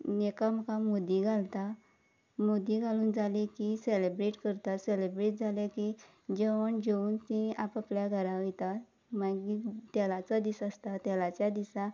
एकामेकां मुदी घालता मुदी घालून जाली की सॅलेब्रेट करता सॅलेब्रेट जाले की जेवण जेवन तीं आपआपल्या घरा वयता मागीर तेलाचो दीस आसता तेलाच्या दिसा